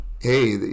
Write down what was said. hey